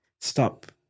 stop